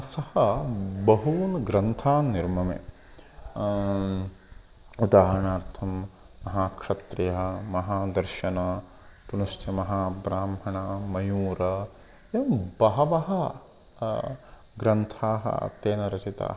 सः बहून् ग्रन्थान् निर्ममे उदाहरणार्थं महाक्षत्रियमहादर्शनं पुनश्च महाब्राह्मणमयूरः एवं बहवः ग्रन्थाः तेन रचिताः